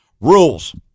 Rules